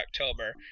october